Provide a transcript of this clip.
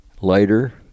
lighter